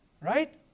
right